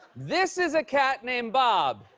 this is a cat named bob.